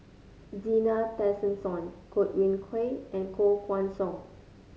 Zena Tessensohn Godwin Koay and Koh Guan Song